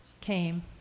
came